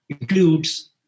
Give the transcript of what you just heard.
includes